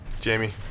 Jamie